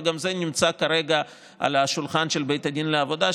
וגם זה נמצא כרגע על השולחן של בית הדין לעבודה.